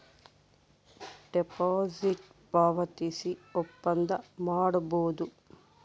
deposit ಪಾವತಿಸಿ ಒಪ್ಪಂದ ಮಾಡಬೋದು